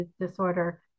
disorder